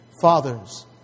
Fathers